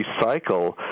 recycle